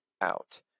out